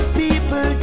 people